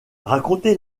racontez